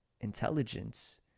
intelligence